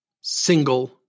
single